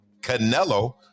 canelo